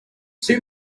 two